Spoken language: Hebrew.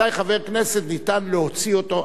מתי ניתן להוציא חבר כנסת,